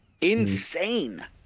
insane